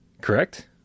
Correct